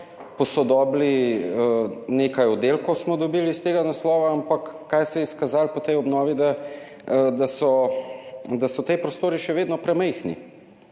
posodobili, nekaj oddelkov smo dobili iz tega naslova, ampak kaj se je izkazalo po tej obnovi? Da so ti prostori še vedno premajhni.